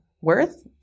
worth